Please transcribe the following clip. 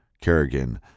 Kerrigan